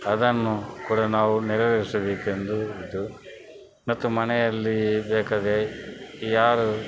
ಅದನ್ನು ಕೂಡ ನಾವು ನೆರವೇರಿಸಬೇಕೆಂದು ಇದು ಮತ್ತು ಮನೆಯಲ್ಲಿ ಬೇಕಾದರೆ ಯಾರು